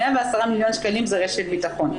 110 מיליון שקלים זה רשת ביטחון.